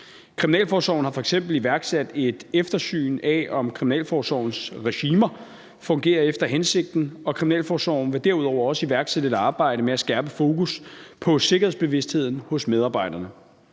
Kriminalforsorgen har f.eks. iværksat et eftersyn af, om kriminalforsorgens regimer fungerer efter hensigten, og kriminalforsorgen vil derudover også iværksætte et arbejde med at skærpe fokus på sikkerhedsbevidstheden hos medarbejderne.